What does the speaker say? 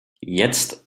jetzt